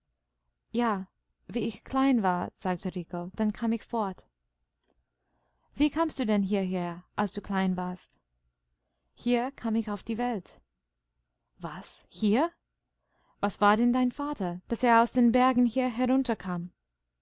ja wie ich klein war sagte rico dann kam ich fort wie kamst du denn hierher als du klein warst hier kam ich auf die welt was hier was war denn dein vater daß er aus den bergen hier herunterkam